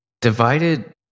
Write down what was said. Divided